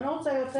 אני לא רוצה יותר.